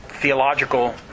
theological